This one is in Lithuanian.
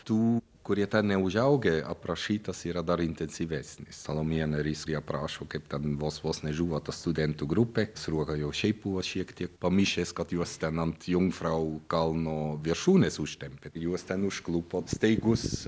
tų kurie ten neužaugę aprašytas yra dar intensyvesnis salomėja nėris kai aprašo kaip ten vos vos nežuvo ta studentų grupė sruoga jau šiaip buvo šiek tiek pamišęs kad juos ten ant jumfrau kalno viršūnės užtempė juos ten užklupo staigus